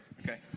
Okay